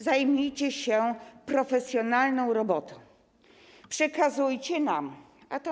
Zajmijcie się profesjonalną robotą, przekazujcie nam - a to